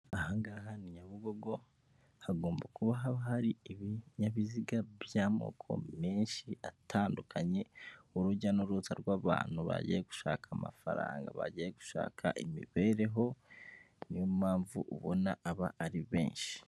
Ahangaha ni Nyabugogo hagomba kuba haba hari ibinyabiziga by'amoko menshi atandukanye, urujya n'uruza rw'abantu bagiye gushaka amafaranga, bagiye gushaka imibereho niyo mpamvu ubona aba ari benshi.